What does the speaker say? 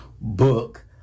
book